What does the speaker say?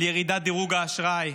על ירידת דירוג האשראי,